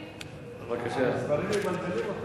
אבל המספרים מבלבלים אותנו.